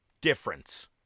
Difference